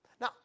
Now